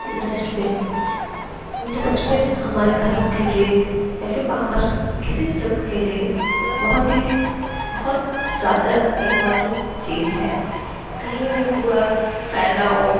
dust bin dust bin ہمارے گھروں کے لیے جیسے باہر کسی بھی جگہ کے لیے بہت ہی بہت زیادہ امپورٹنٹ چیز ہے کہیں بھی کوڑا پھیلا ہو